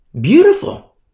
Beautiful